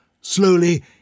Slowly